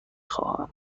خواهم